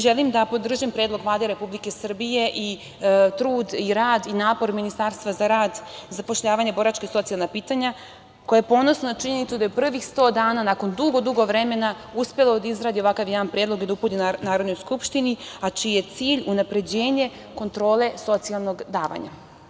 Želim da podržim predlog Vlade Republike Srbije i trud i rad i napor Ministarstva za rad, zapošljavanje, boračka i socijalna pitanja koje je ponosno na činjenicu da je prvih sto dana nakon dugo, dugo vremena uspelo da izgradi ovakav jedan predlog i da uputi Narodnoj skupštini, a čiji je cilj unapređenje kontrole socijalnog davanja.